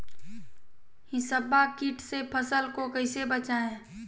हिसबा किट से फसल को कैसे बचाए?